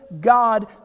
God